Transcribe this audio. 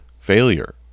Failure